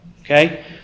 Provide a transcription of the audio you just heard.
Okay